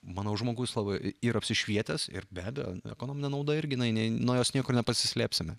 manau žmogus labai ir apsišvietęs ir be abejo ekonominė nauda irgi jinai nuo jos niekur nepasislėpsime